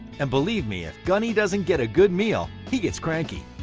and believe me, if gunny doesn't get a good meal, he gets cranky.